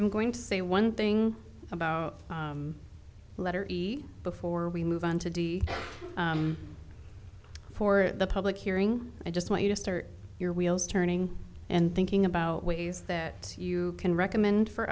i'm going to say one thing about letter before we move on to d c for the public hearing i just want you to start your wheels turning and thinking about ways that you can recommend for